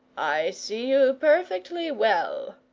i see you perfectly well,